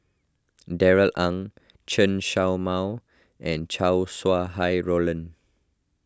Darrell Ang Chen Show Mao and Chow Sau Hai Roland